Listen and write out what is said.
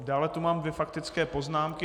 Dále tu mám dvě faktické poznámky.